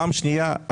פעם שנייה,